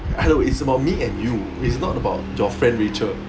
hello it's about me and you it's not about your friend rachel